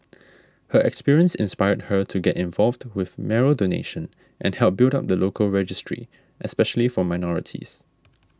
her experience inspired her to get involved with marrow donation and help build up the local registry especially for minorities